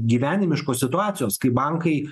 gyvenimiškos situacijos kai bankai